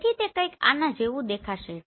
તેથી તે કઇક આના જેવું દેખાશે